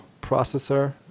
processor